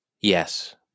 Yes